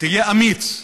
תהיה אמיץ.